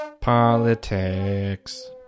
Politics